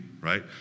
right